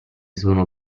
sono